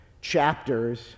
chapters